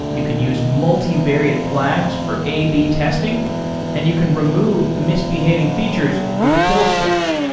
you can use multi-varied flags for a b testing and you can remove misbehaving features with a kill switch.